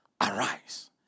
arise